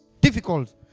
difficult